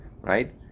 right